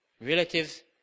relatives